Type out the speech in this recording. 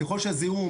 ככל שהזיהום